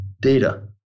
data